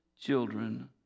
children